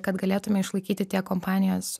kad galėtume išlaikyti tiek kompanijos